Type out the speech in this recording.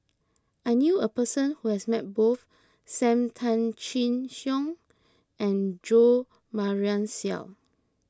I knew a person who has met both Sam Tan Chin Siong and Jo Marion Seow